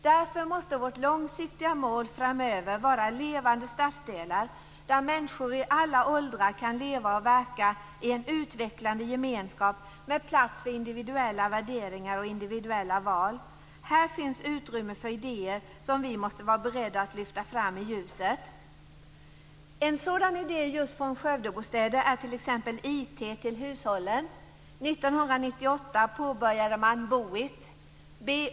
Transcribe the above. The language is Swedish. Därför måste vårt långsiktiga mål framöver vara levande stadsdelar, där människor i alla åldrar kan leva och verka i en utvecklande gemenskap med plats för individuella värderingar och individuella val. Här finns utrymme för idéer, som vi måste vara beredda att lyfta fram i ljuset." En sådan idé från Skövdebostäder är IT till hushållen. Därför startades år 1998 företaget "Bo i't".